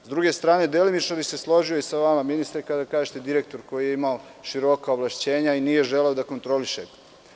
S druge strane, delimično bih se složio i sa vama, ministre, kada kažete – direktor koji je imao široka ovlašćenja i nije želeo da kontroliše.